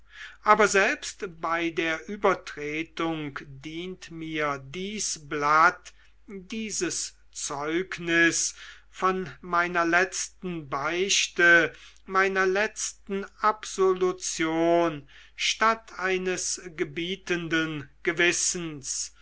aber selbst bei der übertretung dient mir dies blatt dieses zeugnis von meiner letzten beichte meiner letzten absolution statt eines gebietenden gewissens